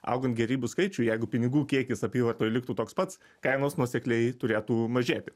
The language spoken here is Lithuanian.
augant gėrybių skaičiui jeigu pinigų kiekis apyvartoje liktų toks pats kainos nuosekliai turėtų mažėti